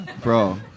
Bro